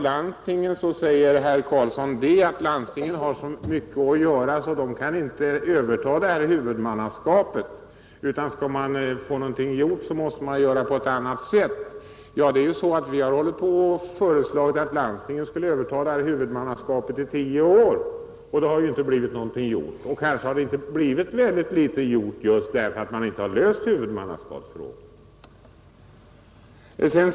Landstingen har så mycket att göra, sade herr Karlsson, så de kan inte överta det här huvudmannaskapet, utan skall man få någonting gjort måste man göra det på ett annat sätt. Vi har hållit på i tio år och föreslagit att landstingen skulle överta huvudmannaskapet, men det har inte blivit någonting gjort. Kanske är det så att ingenting gjorts just därför att man inte löst huvudmannaskapsfrågan.